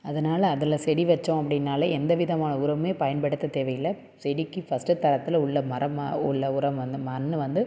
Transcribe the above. அதனால் அதில் செடி வச்சோம் அப்படின்னாலே எந்தவிதமான உரமுமே பயன்படுத்த தேவையில்லை செடிக்கு பர்ஸ்ட் தரத்தில் உள்ள மரமாக உள்ள உரம் மண் வந்து